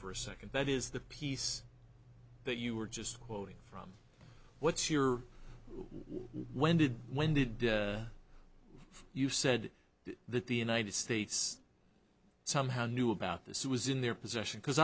for a second that is the piece that you were just quoting from what's your when did when did you said that the united states somehow knew about this it was in their possession because